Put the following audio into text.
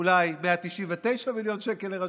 אולי 199 מיליון שקל לרשות,